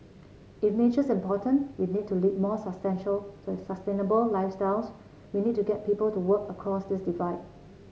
if nature's important we need to lead more sustainable lifestyles we need to get people to work across this divide